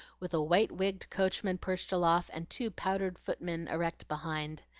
with a white-wigged coachman perched aloft and two powdered footmen erect behind.